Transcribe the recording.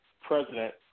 president